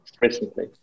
recently